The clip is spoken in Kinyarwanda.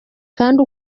kandi